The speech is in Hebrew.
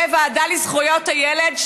ועדת החינוך והוועדה לזכויות הילד,